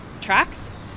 tracks